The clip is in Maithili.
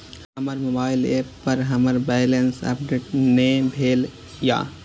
हमर मोबाइल ऐप पर हमर बैलेंस अपडेट ने भेल या